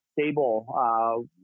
stable